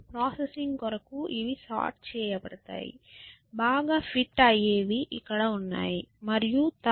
processing కొరకు ఇవి sort చేయబడతాయి బాగా ఫిట్ అయ్యేవి ఇక్కడ ఉన్నాయి మరియు తక్కువగా ఫిట్ అయ్యేవి ఇక్కడ ఉన్నాయి